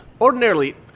Ordinarily